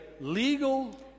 legal